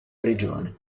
prigione